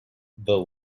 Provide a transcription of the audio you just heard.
the